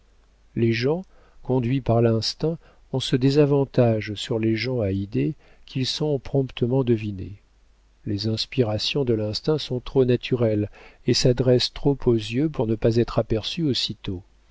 les gens conduits par l'instinct ont ce désavantage sur les gens à idées qu'ils sont promptement devinés les inspirations de l'instinct sont trop naturelles et s'adressent trop aux yeux pour ne pas être aperçues aussitôt